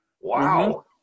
Wow